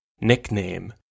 nickname